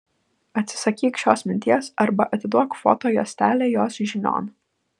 atsisakyk šios minties arba atiduok foto juostelę jos žinion